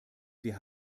wir